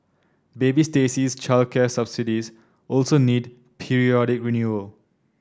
baby Stacey's childcare subsidies also need periodic renewal